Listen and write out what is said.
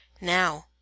Now